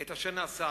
את אשר נעשה